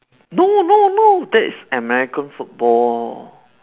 no no no that's american football